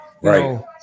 Right